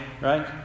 right